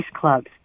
clubs